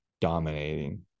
dominating